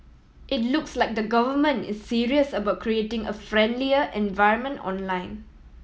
it looks like the Government is serious about creating a friendlier environment online